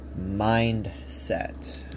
mindset